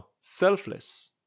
selfless